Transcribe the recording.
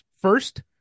first